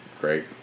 Great